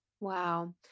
Wow